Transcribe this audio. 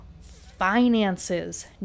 finances